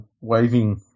waving